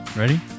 Ready